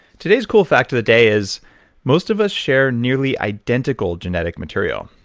today's cool fact of the day is most of us share nearly identical genetic material.